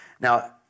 Now